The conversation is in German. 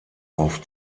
auf